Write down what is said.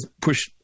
push